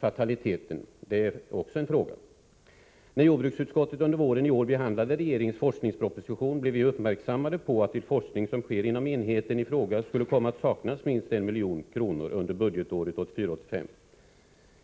fatalitet? Det är också en fråga. När jordbruksutskottet under våren i år behandlade regeringens forskningsproposition blev vi uppmärksammade på att det till forskning som sker inom enheten för radiologisk onkologi skulle komma att saknas minst 1 milj.kr. under budgetåret 1984/85.